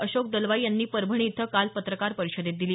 अशोक दलवाई यांनी परभणी इथं काल एका पत्रकार परिषदेत दिली